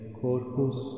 corpus